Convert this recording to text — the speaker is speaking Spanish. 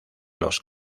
los